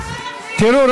תראו,